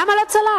למה לא צלח?